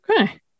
Okay